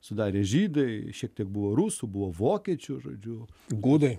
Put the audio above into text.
sudarė žydai šiek tiek buvo rusų buvo vokiečių žodžiu gudai